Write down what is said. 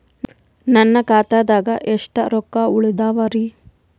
ನನ್ನ ಖಾತಾದಾಗ ಎಷ್ಟ ರೊಕ್ಕ ಉಳದಾವರಿ?